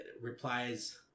replies